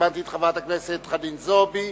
הזמנתי את חברת הכנסת חנין זועבי,